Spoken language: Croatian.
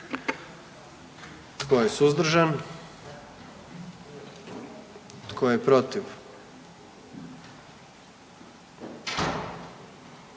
Tko je suzdržan? I tko je protiv?